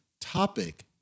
topic